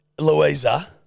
Louisa